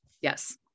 Yes